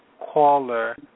caller